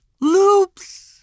loops